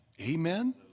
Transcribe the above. Amen